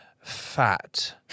Fat